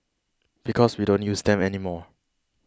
because we don't use them any more